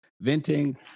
venting